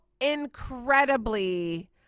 incredibly